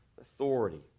authority